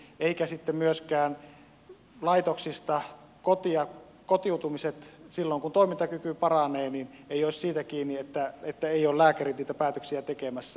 eivätkä sitten myöskään laitoksista kotiutumiset silloin kun toimintakyky paranee olisi siitä kiinni että eivät ole lääkärit niitä päätöksiä tekemässä